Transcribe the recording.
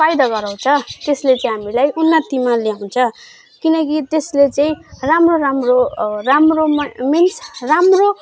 फाइदा गराउँछ त्यसमा चाहिँ हामीलाई उन्नतिमा ल्याउँछ किनकि त्यसले चाहिँ राम्रो राम्रो राम्रो म मिन्स राम्रो